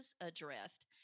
addressed